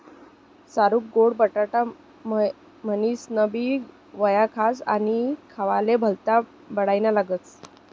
साकरु गोड बटाटा म्हनीनसनबी वयखास आणि खावाले भल्ता बडाईना लागस